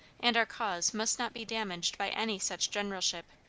and our cause must not be damaged by any such generalship,